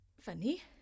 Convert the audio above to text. Funny